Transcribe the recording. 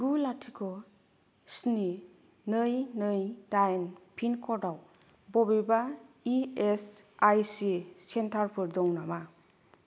गु लाथिख' स्नि नै नै दाइन पिनक'डआव बबेबा इ एस आइ सि सेन्टारफोर दं नामा